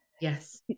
Yes